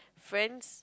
friends